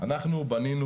אנחנו בנינו,